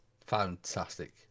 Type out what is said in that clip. Fantastic